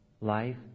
life